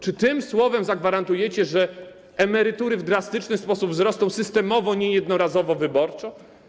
Czy tymi słowami zagwarantujecie, że emerytury w drastyczny sposób wzrosną systemowo, nie jednorazowo, wyborczo?